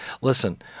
Listen